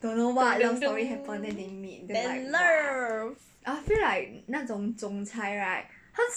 then love